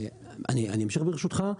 אני אמשיך ברשותך.